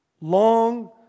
Long